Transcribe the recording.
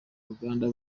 uganda